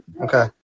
Okay